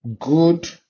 good